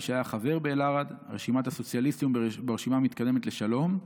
מי שהיה חבר באל-ארד רשימת הסוציאליסטים ברשימה המתקדמת לשלום,